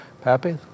Pappy